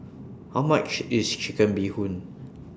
How much IS Chicken Bee Hoon